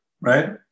right